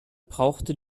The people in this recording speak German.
brauchte